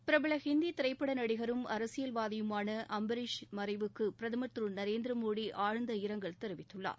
பிரபல ஹிந்தி திரைப்பட நடிகரும் அரசியல்வாதியுமான அம்பரீஸ் மறைவுக்கு பிரதமர் திரு நரேந்திரமோடி ஆழ்ந்த இரங்கல் தெரிவித்துள்ளார்